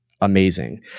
amazing